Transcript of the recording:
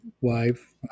wife